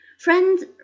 Friends